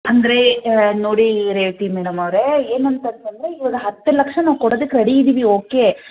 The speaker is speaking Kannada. ಅಂದರೆ ನೋಡಿ ರೇವತಿ ಮೇಡಮ್ ಅವರೇ ಏನಂತಂತಂದ್ರೆ ಈಗ ಹತ್ತು ಲಕ್ಷ ನಾವ್ಕೊಡೋದಕ್ಕೆ ರೆಡಿ ಇದ್ದೀವಿ ಓಕೆ